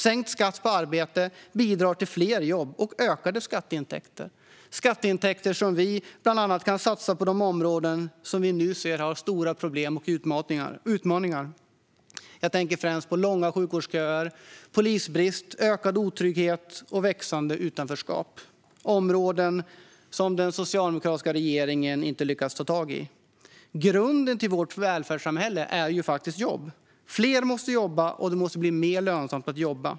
Sänkt skatt på arbete bidrar till fler jobb och ökade skatteintäkter - skatteintäkter som vi bland annat kan satsa på de områden vi nu ser har stora problem och utmaningar. Jag tänker främst på långa sjukvårdsköer, polisbrist, ökad otrygghet och växande utanförskap. Det är områden som den socialdemokratiska regeringen inte lyckats ta tag i. Grunden till vårt välfärdssamhälle är jobb. Fler måste jobba, och det måste bli mer lönsamt att jobba.